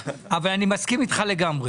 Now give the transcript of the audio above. אבל אני מסכים איתך לגמרי.